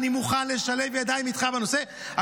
אני מוכן לשלב ידיים איתך בנושא,